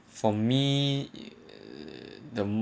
for me the